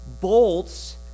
bolts